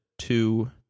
two